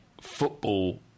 football